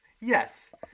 Yes